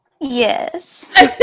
Yes